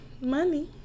money